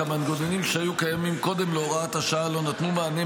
המנגנונים שהיו קיימים קודם להוראת השעה לא נתנו מענה